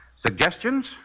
Suggestions